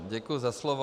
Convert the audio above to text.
Děkuji za slovo.